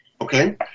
Okay